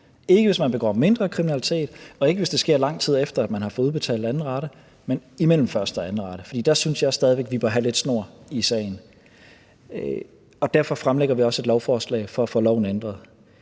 ikke hvis man begår mindre grov kriminalitet, og ikke hvis det sker, lang tid efter at man har fået udbetalt anden rate, men imellem første og anden rate. For der synes jeg stadig væk, at vi bør have lidt snor i sagen. Derfor fremsætter vi også et lovforslag for at få loven ændret.